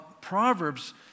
Proverbs